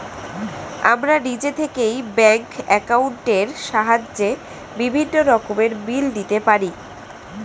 আমরা নিজে থেকেই ব্যাঙ্ক অ্যাকাউন্টের সাহায্যে বিভিন্ন রকমের বিল দিতে পারি